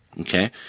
Okay